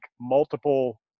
multiple